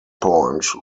point